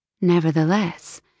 Nevertheless